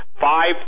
five